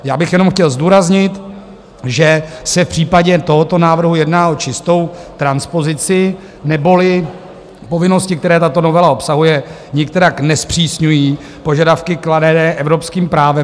Já bych jenom chtěl zdůraznit, že se v případě tohoto návrhu jedná o čistou transpozici, neboli povinnosti, které tato novela obsahuje, nikterak nezpřísňují požadavky kladené evropským právem.